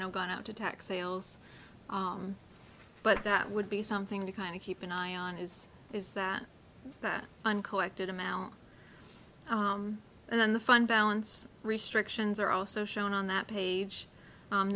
know gone out to tax sales but that would be something to kind of keep an eye on is is that that uncollected amount and then the fund balance restrictions are also shown on that page